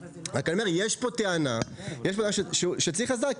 אבל יש פה טענה לפיה צריך אסדרה,